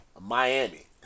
Miami